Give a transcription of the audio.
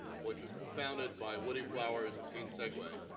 which is co-founded by woodie flowers and dean segue,